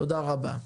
תודה רבה.